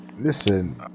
Listen